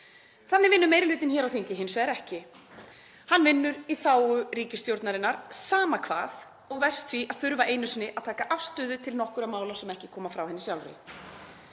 Þannig vinnur meiri hlutinn hér á þingi hins vegar ekki. Hann vinnur í þágu ríkisstjórnarinnar, sama hvað, og verst jafnvel því að þurfa að taka afstöðu til nokkurra mála sem ekki koma frá henni.